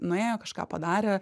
nuėjo kažką padarė